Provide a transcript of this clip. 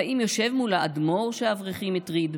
/ האם יושב מולה אדמו"ר שאברכים הטריד?